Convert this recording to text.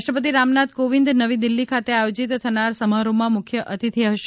રાષ્ટ્રપતિ રામનાથ કોંવિદ નવી દિલ્હી ખાતે આયોજીત થનાર સમારોહનાં મુખ્ય અતિથી હશે